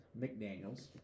mcdaniels